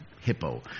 Hippo